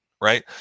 right